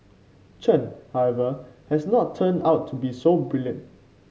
Chen however has not turned out to be so brilliant